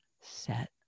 set